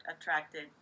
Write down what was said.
attracted